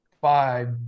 five